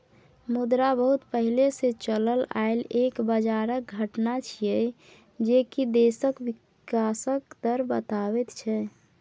मुद्रा बहुत पहले से चलल आइल एक बजारक घटना छिएय जे की देशक विकासक दर बताबैत छै